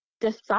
decide